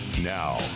Now